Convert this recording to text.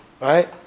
right